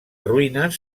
ruïnes